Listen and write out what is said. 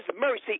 mercy